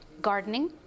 gardening